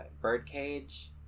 birdcage